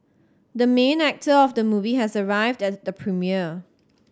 the main actor of the movie has arrived as the premiere